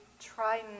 try